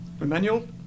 Emmanuel